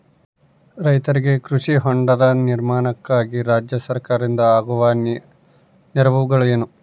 ರೈತರಿಗೆ ಕೃಷಿ ಹೊಂಡದ ನಿರ್ಮಾಣಕ್ಕಾಗಿ ರಾಜ್ಯ ಸರ್ಕಾರದಿಂದ ಆಗುವ ನೆರವುಗಳೇನು?